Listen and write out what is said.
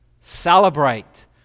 Celebrate